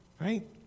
Right